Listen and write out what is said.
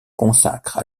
consacre